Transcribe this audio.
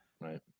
right